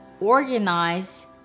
organize